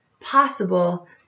possible